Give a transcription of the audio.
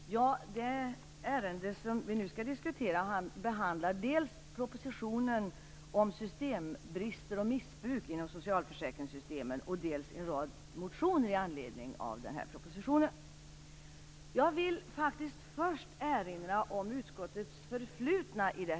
Fru talman! Det ärende som vi nu skall diskutera behandlar dels propositionen om systembrister och missbruk inom socialförsäkringssystemen, dels en rad motioner i anledning av propositionen. Jag vill faktiskt först erinra om det förflutna i ärendet.